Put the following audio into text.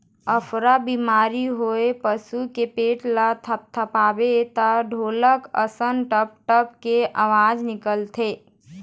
अफरा बेमारी होए पसू के पेट ल थपथपाबे त ढोलक असन ढप ढप के अवाज निकलथे